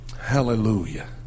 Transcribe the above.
Hallelujah